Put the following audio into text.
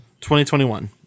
2021